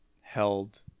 held